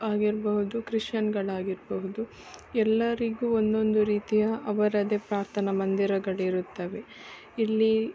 ಆಗಿರ್ಬಹುದು ಕ್ರಿಶ್ಚಿಯನ್ನುಗಳಾಗಿರ್ಬಹುದು ಎಲ್ಲರಿಗು ಒಂದೊಂದು ರೀತಿಯ ಅವರದ್ದೆ ಪ್ರಾರ್ಥನಾ ಮಂದಿರಗಳಿರುತ್ತವೆ ಇಲ್ಲಿ